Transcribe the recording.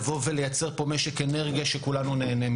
בנוגע להערתו